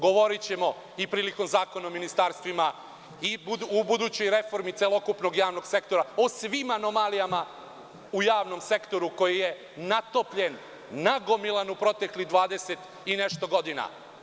Govorićemo i prilikom zakona o ministarstvima i u budućoj reformi celokupnog javnog sektora, o svim anomalijama u javnom sektoru koji je natopljen, nagomilan u proteklih 20 i nešto godina.